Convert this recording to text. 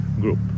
group